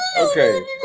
Okay